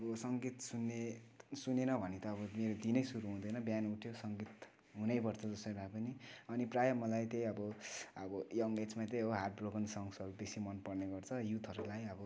सङ्गीत सुन्ने सुनेन भने त अब मेरो दिनै शुरू हुँदैन बिहान उठ्यो सङ्गीत हुनैपर्छ जसरी भए पनि अनि प्राय मलाई त्यही अब अब यङ एजमा त्यही हो हार्ट ब्रोकन सङ्सहरू बेसी मन पर्ने गर्छ युथहरूलाई अब